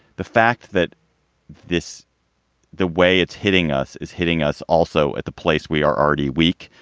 the fact that this the way it's hitting us is hitting us also at the place we are already weak,